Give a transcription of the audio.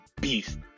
beast